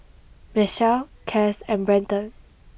Michelle Cas and Brenton